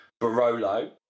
Barolo